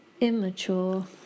immature